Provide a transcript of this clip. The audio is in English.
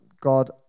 God